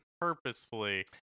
purposefully